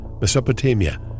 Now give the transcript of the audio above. Mesopotamia